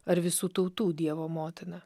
ar visų tautų dievo motina